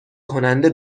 کننده